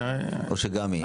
או שגם היא?